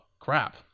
crap